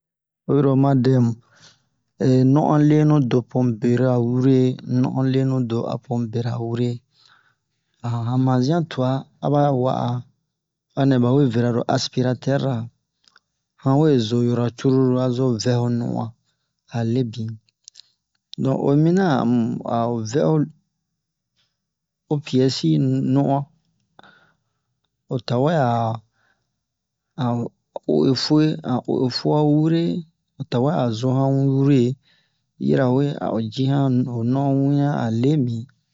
oyi ro oma dɛ mu non'on wan lenu do po han bera wure non'on lenu do apo mu bera wure han mazian tua aba ya wa'a anɛ bawe vera lo aspiratɛr ra han we zo horo cruru a zo vɛ ho non'on a lebin don oyi mina amu a'o vɛ'o o piɛsi non'on wan o tawɛ a a'o u'efue a u'efua wure o tawe a zo han wure yirawe a'o ji han ho non'on wian a lemi